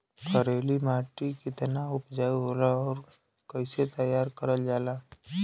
करेली माटी कितना उपजाऊ होला और कैसे तैयार करल जाला?